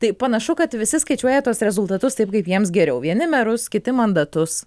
tai panašu kad visi skaičiuoja tuos rezultatus taip kaip jiems geriau vieni merus kiti mandatus